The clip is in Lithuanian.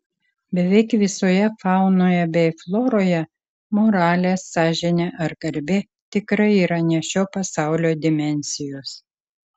beveik visoje faunoje bei floroje moralė sąžinė ar garbė tikrai yra ne šio pasaulio dimensijos